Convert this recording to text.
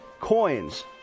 coins